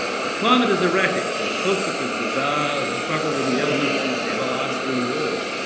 but the climate is erratic and the consequences are a struggle with the elements is everlasting war.